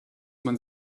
man